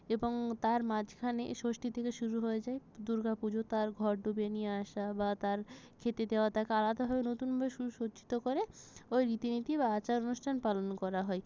এবং তার মাঝখানে এ ষষ্ঠী থেকে শুরু হয়ে যায় দুর্গা পুজো তার ঘট ডুবিয়ে নিয়ে আসা বা তার খেতে দেওয়া তাকে আলাদাভাবে নতুনভাবে সুসজ্জিত করে ওই রীতিনীতি বা আচার অনুষ্ঠান পালন করা হয়